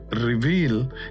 reveal